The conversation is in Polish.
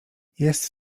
jest